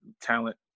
talent